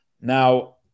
Now